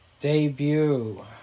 Debut